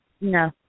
No